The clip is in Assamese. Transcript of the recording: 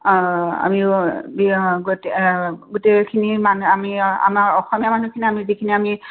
আমি গোটেইখিনি মানে আমি আমাৰ অসমীয়া মানুহখিনি আমি যিখিনি আমি